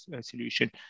solution